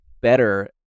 better